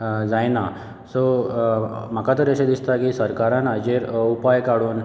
जायना सो म्हाका तर अशें दिसता की सरकारान हाचेर उपाय काडून